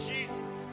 Jesus